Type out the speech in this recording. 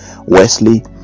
Wesley